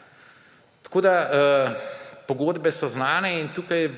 anekse. Pogodbe so znane in tukaj